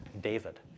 David